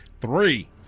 Three